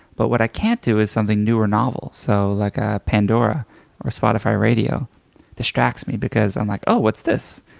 but what i can't do is something new or novel, so like a pandora or spotify radio. it distracts me because i'm like oh, what's this?